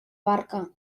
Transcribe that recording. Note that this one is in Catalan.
barca